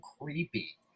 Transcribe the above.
creepy